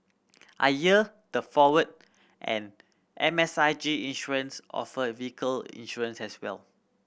I heard the and M S I G Insurance offer vehicle insurance as well